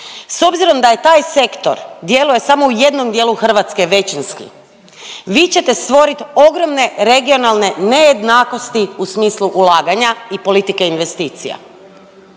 S obzirom da je taj sektor djeluje samo u jednom dijelu Hrvatske većinski vi ćete stvorit ogromne regionalne nejednakosti u smislu ulaganja i politike investicija.